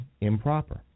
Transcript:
improper